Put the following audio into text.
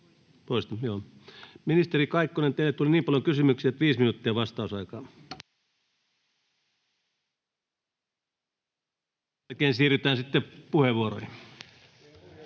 Ministeri Kaikkonen, teille tuli niin paljon kysymyksiä, että on viisi minuuttia vastausaikaa. — Sen jälkeen siirrytään sitten puheenvuoroihin.